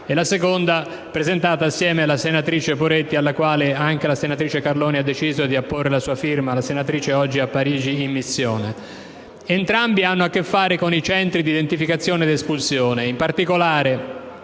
la 4-05289, presentata insieme alla senatrice Poretti, alla quale anche la senatrice Carloni ha deciso di apporre la sua firma (ricordo che la senatrice Carloni è oggi a Parigi in missione). Entrambe hanno a che fare con i centri di identificazione ed espulsione: in particolare,